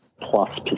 plus